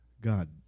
God